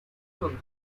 donde